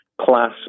class